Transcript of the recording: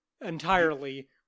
entirely